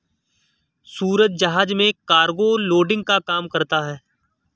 सूरज जहाज में cargo loading का काम करता है